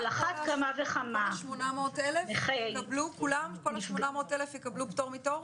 על אחת כמה וכמה נכים --- כל ה-800,000 יקבלו כולם פטור מתור?